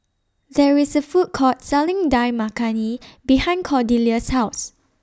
There IS A Food Court Selling Dal Makhani behind Cordelia's House